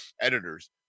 editors